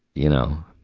you know,